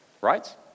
Right